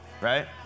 right